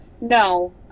no